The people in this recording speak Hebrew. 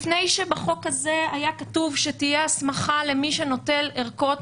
לפני שבחוק הזה היה כתוב שתהיה הסמכה למי שנוטל ערכות,